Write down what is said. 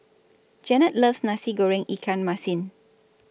Jennette loves Nasi Goreng Ikan Masin